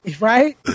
right